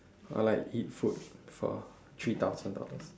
or like eat food for three thousand dollars